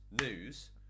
news